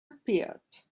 appeared